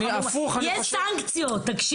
אני הפוך אני חושב -- יש סנקציות תקשיב,